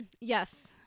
Yes